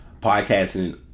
podcasting